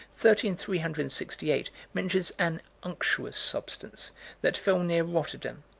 thirteen three hundred and sixty eight, mentions an unctuous substance that fell near rotterdam,